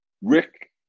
Rick